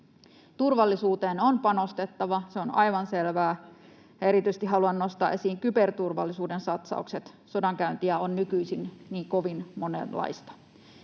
Turvallisuuteen on panostettava, se on aivan selvää. Erityisesti haluan nostaa esiin kyberturvallisuuden satsaukset, sodankäyntiä on nykyisin niin kovin monenlaista.